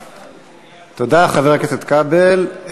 תודה, חבר הכנסת כבל.